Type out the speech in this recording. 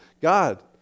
God